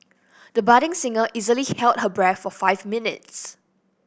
the budding singer easily held her breath for five minutes